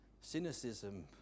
Cynicism